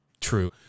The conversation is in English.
true